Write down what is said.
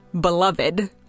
beloved